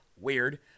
Weird